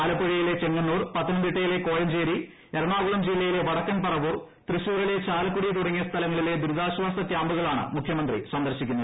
ആലപ്പുഴയിലെ ചെങ്ങന്നൂർ പത്തനംതിട്ടയിലെ കോഴംഞ്ചേരി എറണാകുളം ജില്ലയിലെ വടക്കൻ പറവൂർ തൃശൂരിലെ ചാലക്കുടി തുടങ്ങിയ സ്ഥലങ്ങളിലെ ദുരിതാശ്വാസ കൃാമ്പുകളാണ് മുഖൃമന്ത്രി സന്ദർശിക്കുന്നത്